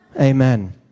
Amen